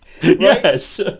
Yes